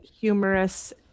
humorous